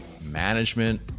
management